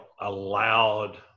allowed